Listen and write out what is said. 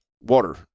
water